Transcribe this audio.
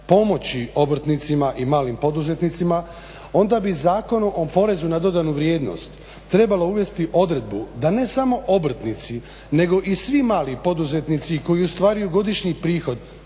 pomoći obrtnicima i malim poduzetnicima onda bi Zakonom o porezu na dodanu vrijednost trebalo uvesti odredbu da ne samo obrtnici nego i svi mali poduzetnici i koji ostvaruju godišnji prihod